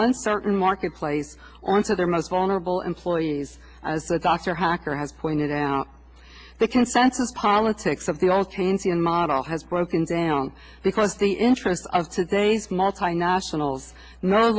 uncertain marketplace or to their most vulnerable employees as the dr hacker has pointed out the consensus politics of the all change in model has broken down because the interests of today's multinationals no